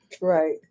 right